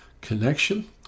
connection